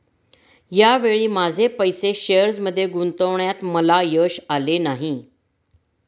या वेळी माझे पैसे शेअर्समध्ये गुंतवण्यात मला यश आले नाही